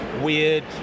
weird